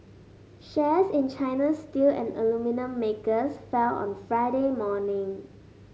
shares in China's steel and aluminium makers fell on Friday morning